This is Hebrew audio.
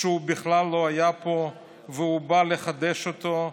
שהוא בכלל לא היה פה והוא בא לחדש אותו,